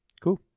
Cool